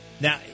Now